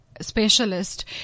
specialist